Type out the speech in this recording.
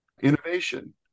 innovation